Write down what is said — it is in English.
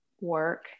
work